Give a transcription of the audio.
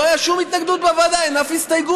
לא הייתה שום התנגדות בוועדה, אין אף הסתייגות.